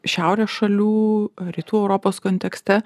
šiaurės šalių rytų europos kontekste